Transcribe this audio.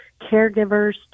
caregivers